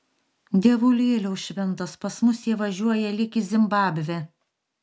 dievulėliau šventas pas mus jie važiuoja lyg į zimbabvę